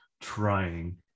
trying